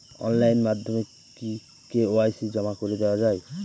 Online মাধ্যমে কি KYC জমা করে দেওয়া য়ায়?